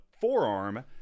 forearm